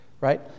right